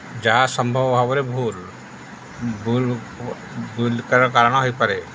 ଯାହା ସମ୍ଭବ ଭାବରେ ଭୁଲ୍ ଭୁଲ୍ ଭୁଲ୍ କାରଣ ହୋଇପାରେ